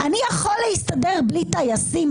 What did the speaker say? אני יכול להסתדר בלי טייסים,